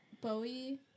Bowie